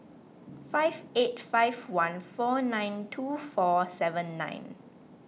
five eight five one four nine two four seven nine